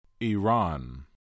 Iran